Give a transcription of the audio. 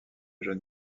jeune